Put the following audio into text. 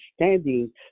understanding